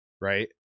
right